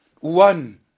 One